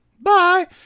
Bye